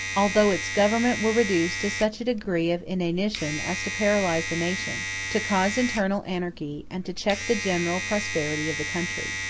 although its government were reduced to such a degree of inanition as to paralyze the nation, to cause internal anarchy, and to check the general prosperity of the country.